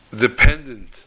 dependent